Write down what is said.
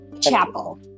Chapel